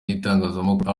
n’itangazamakuru